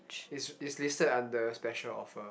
is is listed under special offer